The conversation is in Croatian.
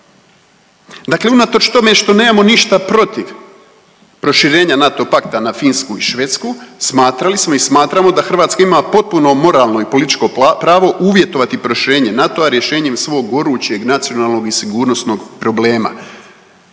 Dakle, unatoč tome što nemamo ništa protiv proširenja NATO pakta na Finsku i Švedsku smatrali smo i smatramo da Hrvatska ima potpuno moralno i političko pravo uvjetovati proširenje NATO-a rješenjem svog gorućeg nacionalnog i sigurnosnog problema,